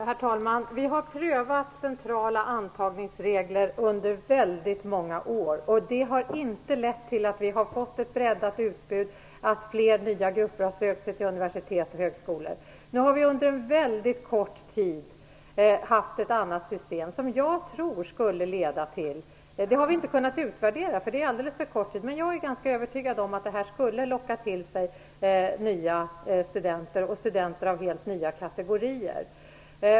Herr talman! Vi har prövat centrala antagningsregler under väldigt många år, och det har inte lett till att vi har fått ett breddat utbud eller till att fler nya grupper har sökt till universitet och högskolor. Nu har vi under en väldigt kort tid haft ett annat system - som vi alltså inte har kunnat utvärdera - och jag är ganska övertygad om att det skulle ha lockat till sig helt nya kategorier av studenter.